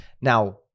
Now